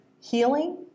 healing